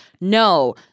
No